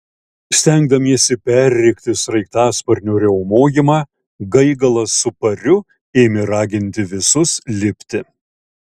stengdamiesi perrėkti sraigtasparnio riaumojimą gaigalas su pariu ėmė raginti visus lipti